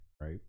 right